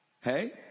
Hey